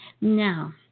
Now